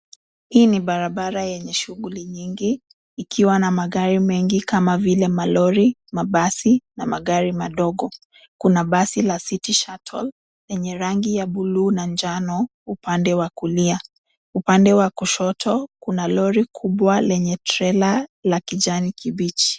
Hii ni barabara yenye shughuli nyingi, ikiwa na magari mengi kama vile malori, mabasi na magari madogo. Kuna basi la City Shuttle lenye rangi ya buluu na njano upande wa kulia. Upande wa kushoto kuna lori kubwa lenye trela la kijani kibichi.